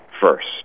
first